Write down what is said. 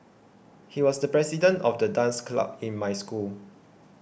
he was the president of the dance club in my school